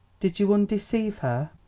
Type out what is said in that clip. did you undeceive her?